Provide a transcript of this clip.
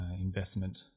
investment